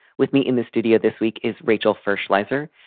with me in the studio this week is rachel first. lizer,